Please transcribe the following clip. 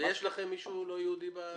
ויש לכם מישהו לא יהודי?